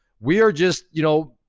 we are just, you know,